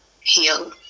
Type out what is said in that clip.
heal